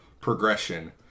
progression